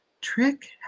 trick